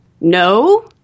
No